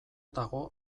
dago